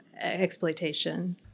exploitation